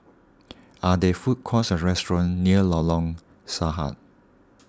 are there food courts or restaurants near Lorong Sarhad